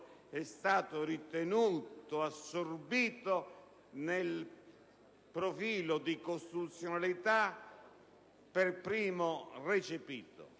è stato ritenuto assorbito nel profilo di costituzionalità per primo recepito,